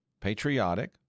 patriotic